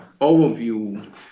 overview